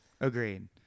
Agreed